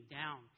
down